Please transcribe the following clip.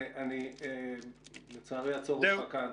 לצערי אני אעצור אותך כאן.